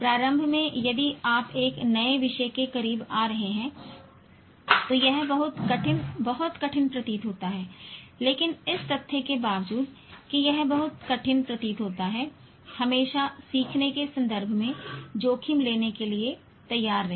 प्रारंभ में यदि आप एक नए विषय के करीब आ रहे हैं तो यह बहुत कठिन बहुत कठिन प्रतीत होता है लेकिन इस तथ्य के बावजूद कि यह बहुत कठिन बहुत कठिन प्रतीत होता है हमेशा सीखने के संदर्भ में जोखिम लेने के लिए तैयार रहें